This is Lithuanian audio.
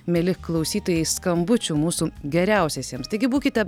mieli klausytojai skambučių mūsų geriausiesiems taigi būkite